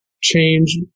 change